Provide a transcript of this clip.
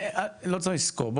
לא צריך לסקור.